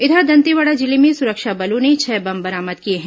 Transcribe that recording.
इधर दंतेवाड़ा जिले में सुरक्षा बलों ने छह बम बरामद किए हैं